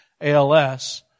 ALS